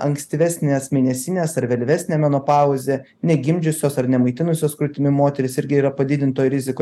ankstyvesnės mėnesinės ar vėlyvesnė menopauzė negimdžiusios ar nemaitinusios krūtimi moterys irgi yra padidintoj rizikoj